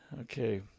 Okay